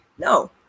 No